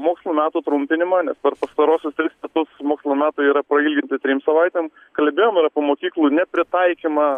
mokslo metų trumpinimą nes per pastaruosius tris metus mokslo metai yra pailginti trim savaitėm kalbėjom ir apie mokyklų nepritaikymą